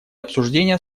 обсуждения